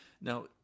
Now